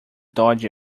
dodgy